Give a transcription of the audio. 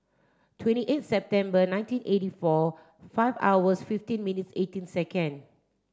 twenty eight September nineteen eighty four five hours fifteen minutes eighteen second